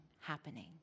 happening